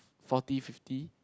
forty fifty